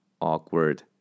awkward